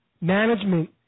Management